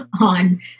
on